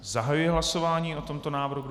Zahajuji hlasování o tomto návrhu.